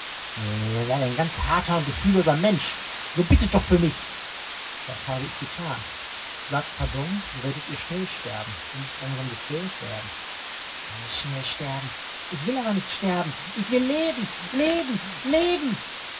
ihr seid ein ganz harter und gefühlloser mensch so bittet doch für mich das habe ich getan sagt pardon so werdet ihr schnell sterben und nicht langsam gequält werden schnell sterben ich will aber nicht sterben ich will leben leben leben